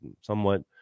somewhat